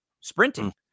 sprinting